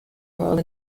role